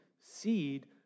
seed